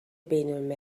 بین